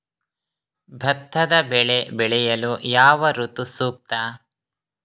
ಭತ್ತದ ಬೆಳೆ ಬೆಳೆಯಲು ಯಾವ ಋತು ಸೂಕ್ತ?